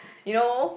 you know